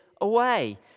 away